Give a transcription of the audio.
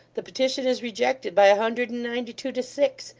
the petition is rejected by a hundred and ninety-two, to six.